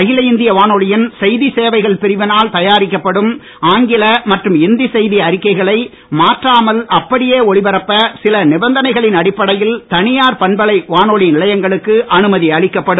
அகில இந்திய வானொலியின் செய்திச் சேவைகள் பிரிவினால் தயாரிக்கப்படும் ஆங்கில மற்றும் இந்தி செய்தி அறிக்கைகளை மாற்றாமல் அப்படியே ஒலிபரப்ப சில நிபந்தனைகளின் அடிப்படையில் தனியார் பண்பலை வானொலி நிலையங்களுக்கு அனுமதி அளிக்கப்படும்